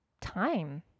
time